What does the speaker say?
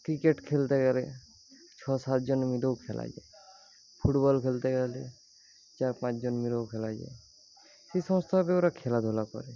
cricket খেলতে গেলে ছ সাত জন মিলেও খেলা যায় ফুটবল খেলতে গেলে চার পাঁচ জন মিলেও খেলা যায় এ সমস্তভাবে ওরা খেলাধুলা করে